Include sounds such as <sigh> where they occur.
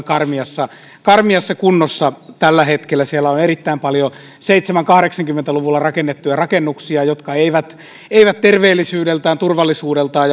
<unintelligible> karmeassa karmeassa kunnossa tällä hetkellä siellä on on erittäin paljon seitsemänkymmentä viiva kahdeksankymmentä luvulla rakennettuja rakennuksia jotka eivät eivät terveellisyydeltään turvallisuudeltaan <unintelligible>